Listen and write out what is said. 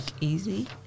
easy